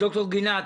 ד"ר גינת,